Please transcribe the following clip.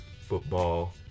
football